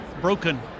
broken